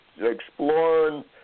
exploring